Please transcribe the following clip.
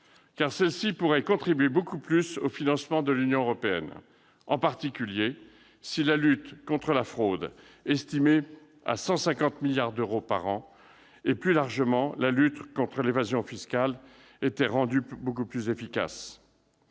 Celle-ci pourrait contribuer beaucoup plus au financement de l'Union européenne, en particulier si la lutte contre la fraude- estimée à 150 milliards d'euros par an - et, plus largement, la lutte contre l'évasion fiscale étaient rendues plus efficaces.